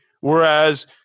Whereas